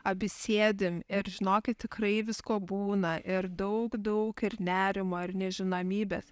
abi sėdim ir žinokit tikrai visko būna ir daug daug ir nerimo ir nežinomybės